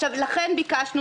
לכן ביקשנו